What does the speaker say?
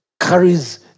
carries